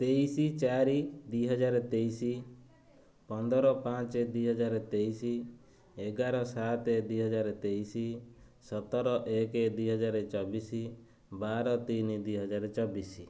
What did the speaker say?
ତେଇଶି ଚାରି ଦୁଇହଜାର ତେଇଶି ପନ୍ଦର ପାଞ୍ଚ ଦୁଇହଜାର ତେଇଶି ଏଗାର ସାତ ଦୁଇହଜାର ତେଇଶି ସତର ଏକ ଦୁଇହଜାର ଚବିଶ ବାର ତିନି ଦୁଇହଜାର ଚବିଶ